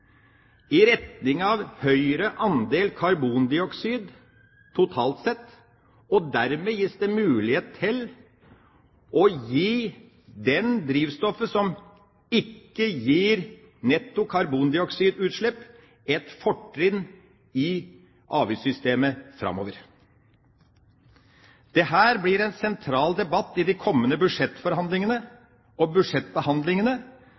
i retning av høyere andel karbondioksid totalt sett. Dermed er det mulig å gi det drivstoffet som ikke gir netto karbondioksidutslipp, et fortrinn i avgiftssystemet framover. Det blir en sentral debatt i de kommende